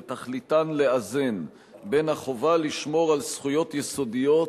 ותכליתן לאזן בין החובה לשמור על זכויות יסודיות